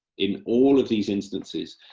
in all of these instances,